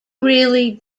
really